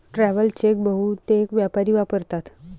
travel cheque बहुतेक व्यापारी वापरतात